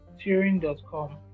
Turing.com